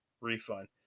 refund